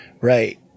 Right